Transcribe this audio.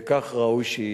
וכך ראוי שיהיה.